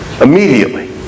Immediately